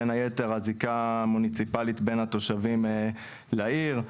בין היתר הזיקה המוניציפאלית בין התושבים לעיר,